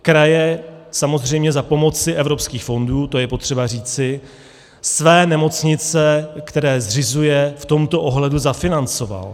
Kraje samozřejmě za pomoci evropských fondů, to je potřeba říci, své nemocnice, které zřizují, v tomto ohledu zafinancovaly.